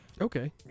okay